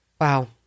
wow